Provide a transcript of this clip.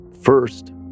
First